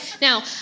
Now